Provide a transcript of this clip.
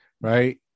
Right